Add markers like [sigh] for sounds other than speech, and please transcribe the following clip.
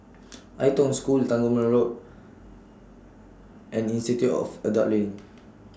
[noise] Ai Tong School Tangmere Road and Institute of Adult Learning